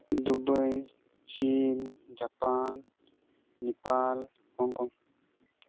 Dubai ᱪᱤᱱ Japan Nepal Hong Kong